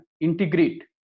integrate